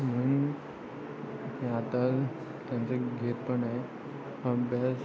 म्हणून आता त्यांचे घेत पण आहे अभ्यास